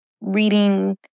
reading